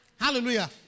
Hallelujah